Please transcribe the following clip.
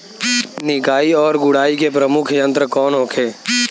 निकाई और गुड़ाई के प्रमुख यंत्र कौन होखे?